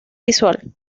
visual